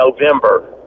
November